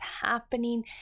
happening